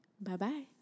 Bye-bye